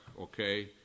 okay